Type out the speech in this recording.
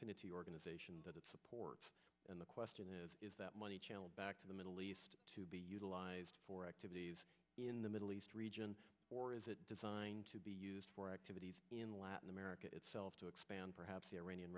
organization that supports and the question is is that money channeled back to the middle east to be utilized for activities in the middle east region or is it designed to be used for activities in latin america itself to expand perhaps